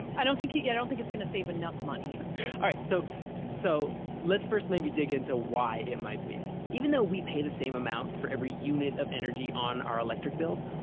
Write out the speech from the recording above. i don't think yeah yeah don't think it's going to save enough money all right, so so let's first maybe dig into why it might be. even though we pay the same amount for every unit of energy on our electric bills,